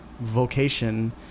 vocation